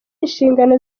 inshingano